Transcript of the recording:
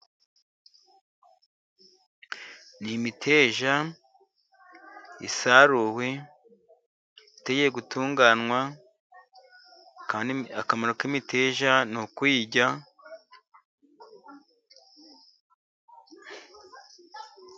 Ni imiteja isaruwe itegereje gutunganywa. Akamaro k'imiteja ni ukuyirya.